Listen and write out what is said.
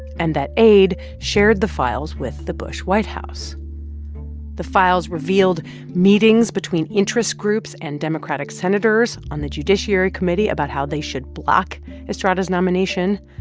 and that aide shared the files with the bush white house the files revealed meetings between interest groups and democratic senators on the judiciary committee about how they should block estrada's nomination.